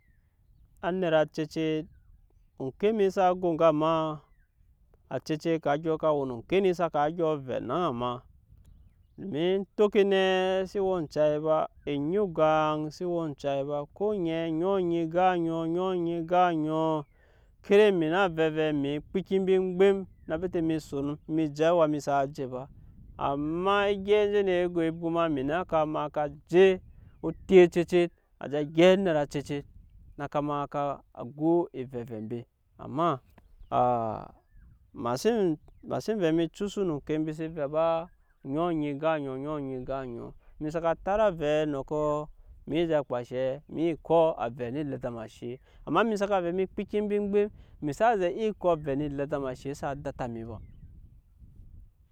Anet acece oŋke mi sa go eŋga ma acece ka dyɔ we no oŋke ni saka vɛ naŋ ma domin entoke nɛ e xse we ancai ba enyi oŋga xse we ancai ba ko oŋɛ oŋɔ nyi gan oŋɔ oŋɔ nyi gan oŋɔ ka da emi xna vɛ evɛ emi wa kpiki mbi eŋgbem na bete emi son emi je awa mi sa je ba amma egyɛp enje ne we bwoma emi na ka maa je otep ocece á je gyɛp anet acece na ka maa ka á go evɛvɛ mbe amma ema xsen vɛ mi cusu no oŋke mbi se vɛ ba oŋɔ nyi ga oŋɔ oŋɔ nyi oŋɔ emi saka tara avɛi nɔkɔ emi zɛ kpa enshe emi ko avɛ ne elɛtama eshe amma emi saka vɛ mi kpiki mbi eŋgbem emi xsa zɛ iya ko avɛ ne elɛtama eshe saa data mi ba.